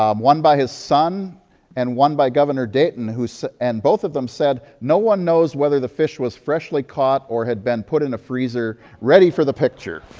um one by his son and one by governor dayton and both of them said no one knows whether the fish was freshly caught or had been put in a freezer ready for the picture.